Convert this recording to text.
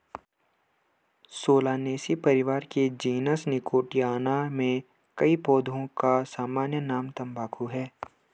Solanaceae परिवार के genus Nicotiana में कई पौधों का सामान्य नाम तंबाकू है